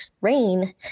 rain